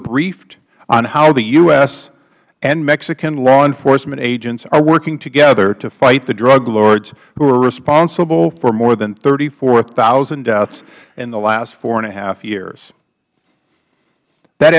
briefed on how the u s and mexican law enforcement agents are working together to fight the drug lords who are responsible for more than thirty four thousand deaths in the last four and a half years that